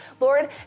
Lord